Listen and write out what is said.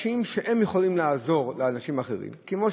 לאנשים שיכולים לעזור לאנשים אחרים, כמו,